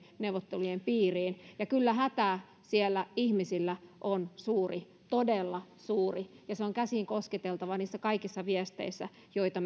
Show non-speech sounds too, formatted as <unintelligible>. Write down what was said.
neuvottelujen piiriin kyllä hätä siellä ihmisillä on suuri todella suuri ja se on käsin kosketeltava niissä kaikissa viesteissä joita <unintelligible>